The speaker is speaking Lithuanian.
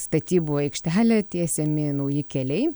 statybų aikštelė tiesiami nauji keliai